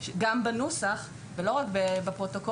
גם בנוסח ולא רק בפרוטוקול,